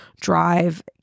drive